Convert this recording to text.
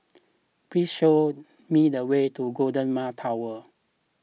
please show me the way to Golden Mile Tower